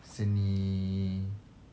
seni